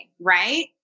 right